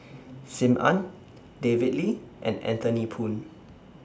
SIM Ann David Lee and Anthony Poon